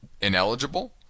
ineligible